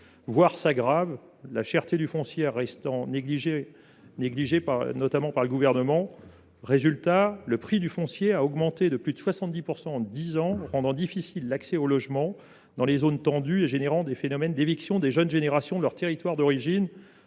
voire s’aggrave, la cherté du foncier restant négligée, notamment par le Gouvernement. Résultat : le prix du foncier a augmenté de plus de 70 % en dix ans, rendant difficile l’accès au logement dans les zones tendues et entraînant des phénomènes d’éviction des jeunes générations de leur territoire d’origine.